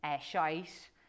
shite